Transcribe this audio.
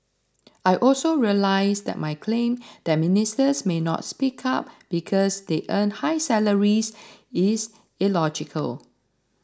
I also realise that my claim that ministers may not speak up because they earn high salaries is illogical